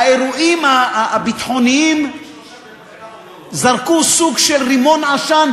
האירועים הביטחוניים זרקו סוג של רימון עשן,